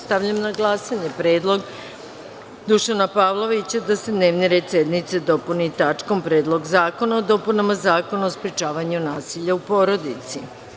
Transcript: Stavljam na glasanje predlog Dušana Pavlovića da se dnevni red sednice dopuni tačkom – Predlog zakona o dopunama Zakona o sprečavanju nasilja u porodici.